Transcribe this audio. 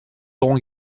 auront